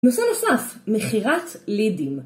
נושא נוסף, מכירת לידים